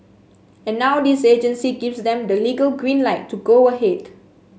and now this agency gives them the legal green light to go ahead